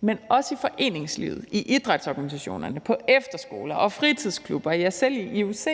Men også i foreningslivet, i idrætsorganisationerne, på efterskoler og i fritidsklubber, ja, selv i IOC